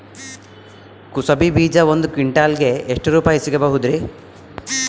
ಕುಸಬಿ ಬೀಜ ಒಂದ್ ಕ್ವಿಂಟಾಲ್ ಗೆ ಎಷ್ಟುರುಪಾಯಿ ಸಿಗಬಹುದುರೀ?